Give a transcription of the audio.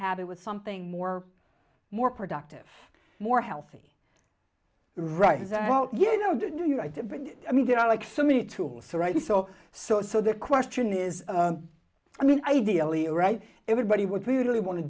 habit with something more more productive more healthy right well you know do you i did i mean there are like so many tools so rightly so so so the question is i mean ideally right everybody would really want to